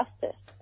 justice